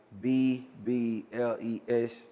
B-B-L-E-S